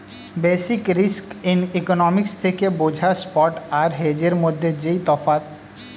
basic risk economics থেকে বোঝা spot আর হেজের মধ্যে যেই তফাৎ